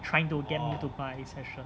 trying to get me to buy session